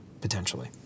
potentially